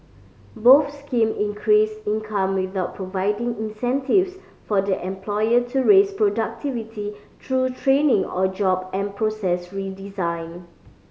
both scheme increased income without providing incentives for the employer to raise productivity through training or job and process redesign